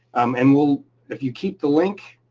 um and will if you keep the link,